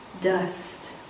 dust